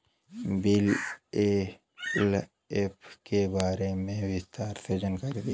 BLF के बारे में विस्तार से जानकारी दी?